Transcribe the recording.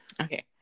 Okay